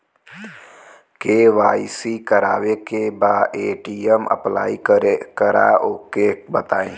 KYC करावे के बा ए.टी.एम अप्लाई करा ओके बताई?